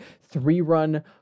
three-run